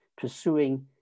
pursuing